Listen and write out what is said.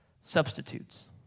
substitutes